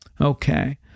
Okay